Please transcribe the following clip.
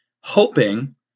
hoping